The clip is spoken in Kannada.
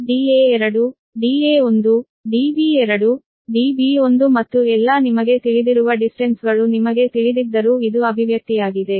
ಆದ್ದರಿಂದ Da2 Da1 Db2 Db1 ಮತ್ತು ಎಲ್ಲಾ ನಿಮಗೆ ತಿಳಿದಿರುವ ದೂರಗಳು ನಿಮಗೆ ತಿಳಿದಿದ್ದರೂ ಇದು ಅಭಿವ್ಯಕ್ತಿಯಾಗಿದೆ